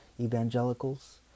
evangelicals